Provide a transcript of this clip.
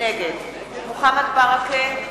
נגד מוחמד ברכה,